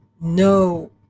no